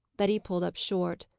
that he pulled up short.